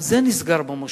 גם זה נסגר במושבים.